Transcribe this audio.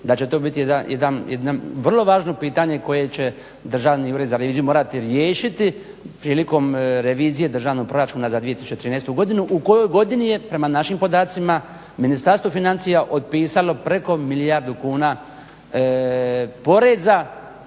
da će to biti jedno vrlo važno pitanje koje će Državni ured za reviziju morati riješiti prilikom revizije državnog proračuna za 2013. u kojoj godini je prema našim podacima Ministarstvo financija otpisalo preko milijardu kuna poreza